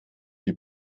die